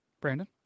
Brandon